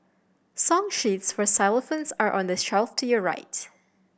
song sheets for xylophones are on the shelf to your right